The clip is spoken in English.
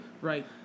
right